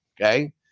Okay